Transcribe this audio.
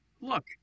Look